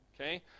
Okay